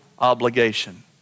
obligation